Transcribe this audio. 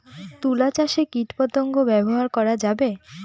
তুলা চাষে কীটপতঙ্গ ব্যবহার করা যাবে?